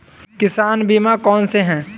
किसान बीमा कौनसे हैं?